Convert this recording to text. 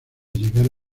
llegar